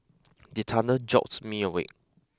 the thunder jolt me awake